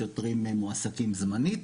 שוטרים מועסקים זמנית.